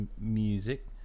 music